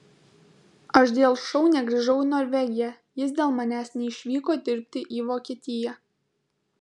aš dėl šou negrįžau į norvegiją jis dėl manęs neišvyko dirbti į vokietiją